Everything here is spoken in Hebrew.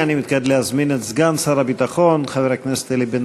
מדינת ישראל לא נותנת תשובות הולמות לסדר החדש שמתעצב ביהודה